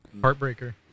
Heartbreaker